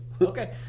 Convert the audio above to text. Okay